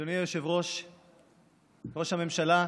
אדוני היושב-ראש, ראש הממשלה,